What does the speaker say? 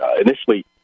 initially